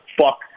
fuck